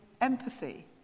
empathy